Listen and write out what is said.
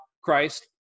Christ